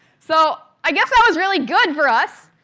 so, i guess that was really good for us,